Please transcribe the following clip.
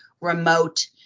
remote